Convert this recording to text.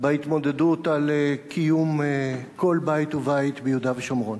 בהתמודדות על קיום כל בית ובית ביהודה ושומרון.